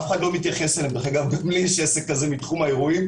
אף אחד לא מתייחס אליהם גם לי יש עסק כזה בתחום האירועים.